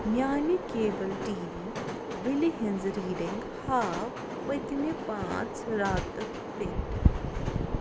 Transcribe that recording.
میٛانہِ cable TV بِلہِ ہٕنٛز ریٖڈنٛگ ہاو پٔتۍمہِ پانٛژھ رٮ۪تہٕ پٮ۪ٹھ